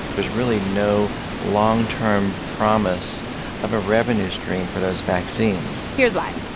there's really no long-term promise of a revenue stream for those vaccines here's why.